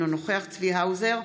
אינו נוכח צבי האוזר,